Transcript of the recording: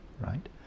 right